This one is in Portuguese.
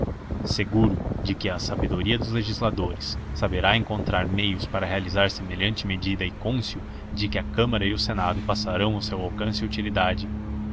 seguro de que a sabedoria dos legisladores saberá encontrar meios para realizar semelhante medida e cônscio de que a câmara e o senado pesarão o seu alcance e utilidade